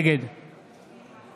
נגד